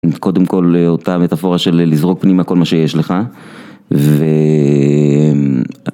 קודם כל אותה מטאפורה של לזרוק פנימה כל מה שיש לך, ו...